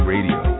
Radio